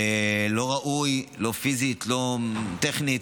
הוא לא ראוי לא פיזית, לא טכנית.